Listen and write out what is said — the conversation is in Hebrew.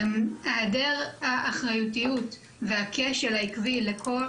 היעדר האחריותיות והכשל העקבי לכל